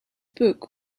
book